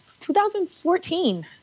2014